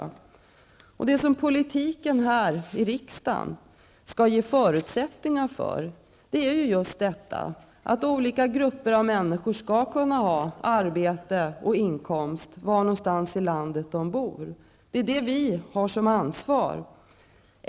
Det som politiken här i riksdagen skall ge förutsättningar för är ju just att människor skall kunna ha arbete och inkomst var någonstans de i landet än bor. Det är vårt ansvar.